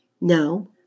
No